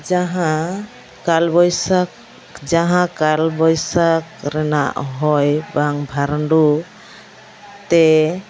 ᱡᱟᱦᱟᱸ ᱠᱟᱞᱵᱳᱭᱥᱟᱠᱷ ᱡᱟᱦᱟᱸ ᱠᱟᱞᱵᱳᱭᱥᱟᱠᱷ ᱨᱮᱱᱟᱜ ᱦᱚᱭ ᱵᱟᱝ ᱵᱷᱟᱨᱚᱸᱰᱩᱛᱮ